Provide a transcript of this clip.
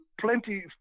plenty